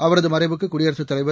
அவரதுமறைவுக்குடியரசுத் தலைவர்